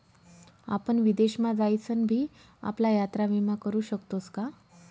आपण विदेश मा जाईसन भी आपला यात्रा विमा करू शकतोस का?